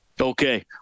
Okay